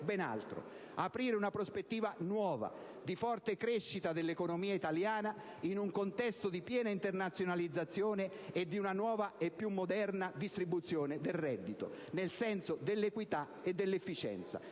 ben altro: aprire una prospettiva nuova, di forte crescita dell'economia italiana in un contesto di piena internazionalizzazione e di una nuova e più moderna distribuzione del reddito, nel senso dell'equità e dell'efficienza.